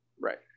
Right